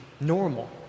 normal